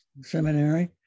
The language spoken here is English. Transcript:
seminary